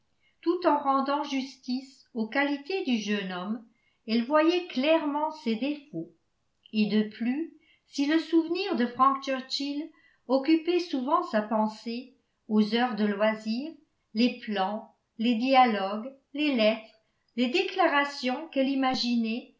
tout en rendant justice aux qualités du jeune homme elle voyait clairement ses défauts et de plus si le souvenir de frank churchill occupait souvent sa pensée aux heures de loisir les plans les dialogues les lettres les déclarations qu'elle